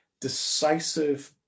decisive